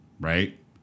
right